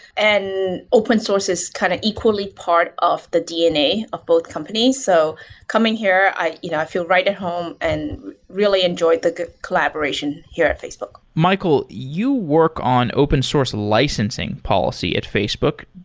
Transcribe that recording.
and open source is kind of equally part of the dna of both companies. so coming here, i you know feel right at home and really enjoyed the good collaboration here at facebook michael, you work on open source licensing policy at facebook,